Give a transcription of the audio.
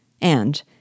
And